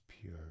pure